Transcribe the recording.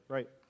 Right